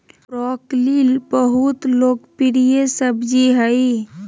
broccoli बहुत लोकप्रिय सब्जी हइ